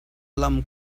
lam